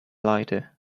lighter